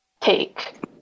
take